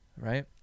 right